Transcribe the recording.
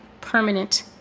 permanent